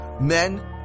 Men